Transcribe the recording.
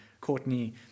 Courtney